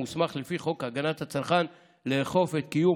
המוסמך לפי חוק הגנת הצרכן לאכוף את קיום